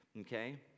okay